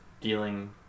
dealing